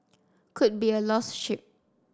could be a lost sheep